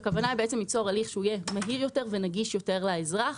הכוונה היא ליצור הליך מהיר יותר ונגיש יותר לאזרח,